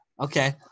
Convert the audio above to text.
Okay